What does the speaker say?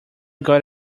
got